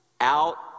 Out